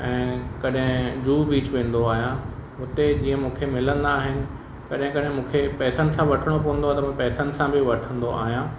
ऐं कॾहिं जुहू बीच वेंदो आहियां उते जीअं मूंखे मिलंदा आहिनि कॾहिं कॾहिं मूंखे पैसनि सां वठिणो पवंदो आहे त मां पैसनि सां बि वठिंदो आहियां